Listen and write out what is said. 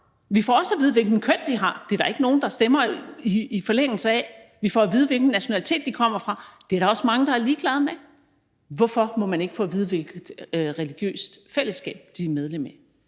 Vi får også at vide, hvilket køn de har. Det er der ikke nogen der stemmer i forlængelse af. Vi får at vide, hvilken nationalitet de kommer fra. Det er der også mange der er ligeglade med. Hvorfor må man ikke få at vide, hvilket religiøst fællesskab de er medlem af?